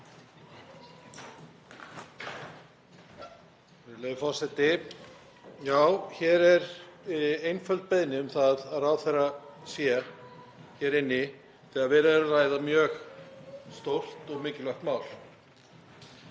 Virðulegi forseti. Þetta er einföld beiðni um það að ráðherra sé hér inni þegar verið er að ræða mjög stórt og mikilvægt mál.